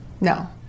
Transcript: No